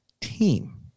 team